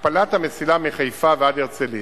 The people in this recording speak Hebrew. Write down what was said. להכפלת המסילה מחיפה ועד הרצלייה,